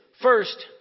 first